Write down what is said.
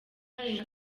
hari